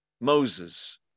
Moses